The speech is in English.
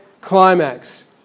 climax